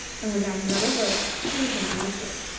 and without another word, she returned to the ship.